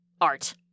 Art